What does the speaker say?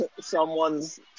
someone's